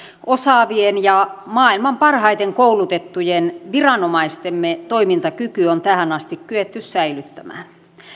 osaavien ja maailman parhaiten koulutettujen viranomaistemme toimintakyky on tähän asti kyetty säilyttämään